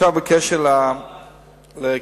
תודה רבה, אדוני.